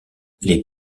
les